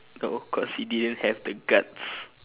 oh cause he didn't have the guts